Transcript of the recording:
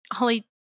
Ollie